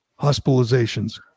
hospitalizations